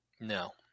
No